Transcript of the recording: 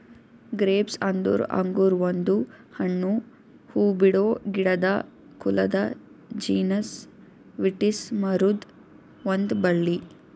grapes ಅಂದುರ್ ಅಂಗುರ್ ಒಂದು ಹಣ್ಣು, ಹೂಬಿಡೋ ಗಿಡದ ಕುಲದ ಜೀನಸ್ ವಿಟಿಸ್ ಮರುದ್ ಒಂದ್ ಬಳ್ಳಿ